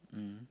mm